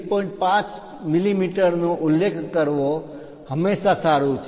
5 મીમી નો ઉલ્લેખ કરવો હંમેશાં સારું છે